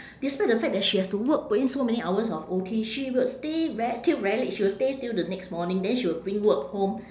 despite the fact that she has to work put in so many hours of O_T she would stay ve~ till very late she will stay till the next morning then she will bring work home